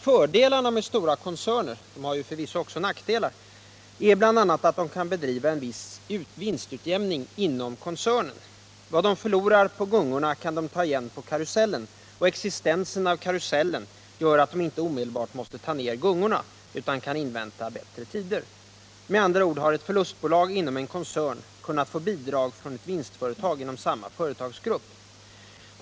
Fördelarna med stora koncerner — förvisso har de också nackdelar — är bl.a. att de kan bedriva viss vinstutjämning inom koncernen. Vad de förlorar på gungorna kan de ta igen på karusellen. Existensen av karusellen gör att de inte omedelbart måste ta ner gungorna, utan kan invänta bättre tider. Med andra ord har ett förlustbolag inom en koncern kunnat få bidrag från ett vinstföretag inom samma företagsgrupp.